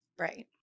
Right